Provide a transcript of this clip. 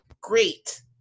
great